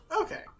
Okay